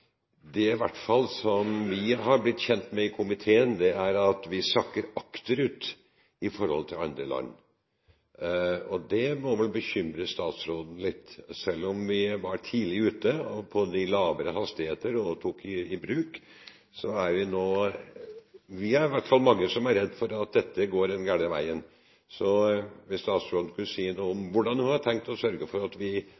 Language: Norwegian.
som vi er blitt kjent med i komiteen, er at vi sakker akterut i forhold til andre land. Det må vel bekymre statsråden litt. Selv om vi var tidlig ute på de lavere hastighetene og tok i det i bruk, er vi i hvert fall nå mange som er redd for at dette går den gale veien. Kan statsråden si noe